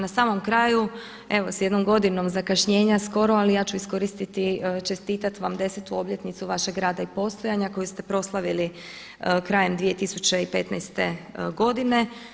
Na samom kraju evo s jednom godinom zakašnjenja skoro ali ja ću iskoristiti čestitat vam desetu obljetnicu vašeg rada i postojanja koju ste proslavili krajem 2015. godine.